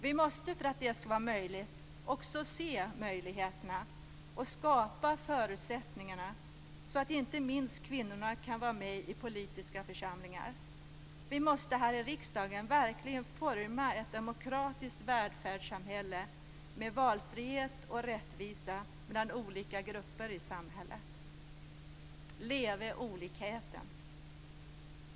Vi måste för att detta skall vara möjligt också se möjligheterna och skapa förutsättningar så att inte minst kvinnorna kan vara med i politiska församlingar. Vi måste här i riksdagen verkligen forma ett demokratiskt välfärdssamhälle med valfrihet och rättvisa mellan olika grupper i samhället. Leve olikheten.